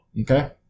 Okay